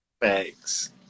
Thanks